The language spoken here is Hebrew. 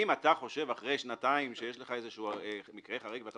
אם אתה חושב אחרי שנתיים שיש לך איזה מקרה חריג ואתה